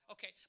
Okay